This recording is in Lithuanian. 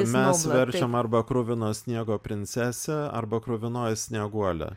mes verčiam arba kruvino sniego princesė arba kruvinoji snieguolė